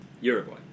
Uruguay